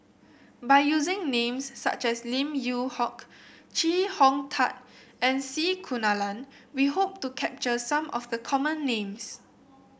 by using names such as Lim Yew Hock Chee Hong Tat and C Kunalan we hope to capture some of the common names